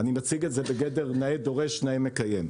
ואני מציג את זה בגדר נאה דורש נאה מקיים,